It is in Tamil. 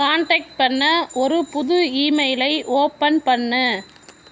காண்டாக்ட் பண்ண ஒரு புது இமெயிலை ஓப்பன் பண்ணு